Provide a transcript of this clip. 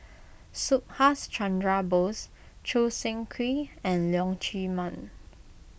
Subhas Chandra Bose Choo Seng Quee and Leong Chee Mun